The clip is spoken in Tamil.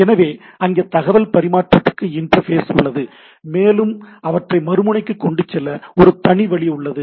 எனவே அங்கே தகவல் பரிமாற்றத்திற்கு இன்டர்ஃபேஸ் உள்ளது மேலும் அவற்றை மறுமுனைக்கு கொண்டு செல்ல ஒரு தனி வழி உள்ளது